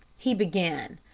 he began,